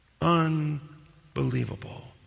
unbelievable